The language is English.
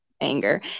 anger